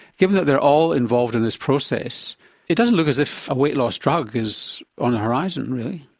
given that they're all involved in this process it doesn't look as if a weight loss drug is on the horizon really.